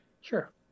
Sure